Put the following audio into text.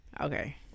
Okay